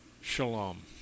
Shalom